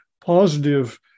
positive